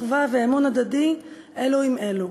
אחווה ואמון הדדי של אלו עם אלו.